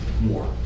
more